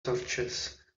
torches